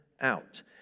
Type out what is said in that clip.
out